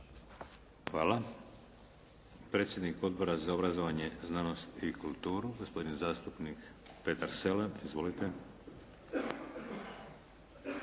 Hvala. Predsjednik Odbora za obrazovanje, znanost i kulturu gospodin zastupnik Petar Selem. Izvolite.